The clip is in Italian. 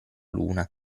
luna